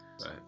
right